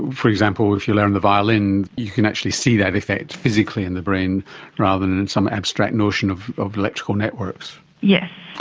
for example, if you learn the violin you can actually see that effect physically in the brain rather than and some abstract notion of of electrical networks. yes.